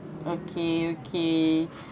okay okay